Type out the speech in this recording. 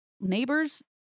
neighbors